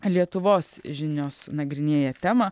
lietuvos žinios nagrinėja temą